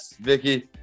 Vicky